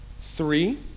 Three